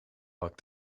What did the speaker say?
pak